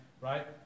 right